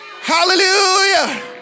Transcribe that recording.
Hallelujah